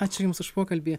ačiū jums už pokalbį